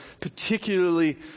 particularly